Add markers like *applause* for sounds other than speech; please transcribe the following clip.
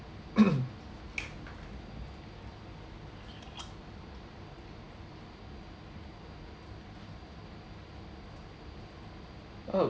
*coughs* oh